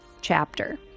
chapter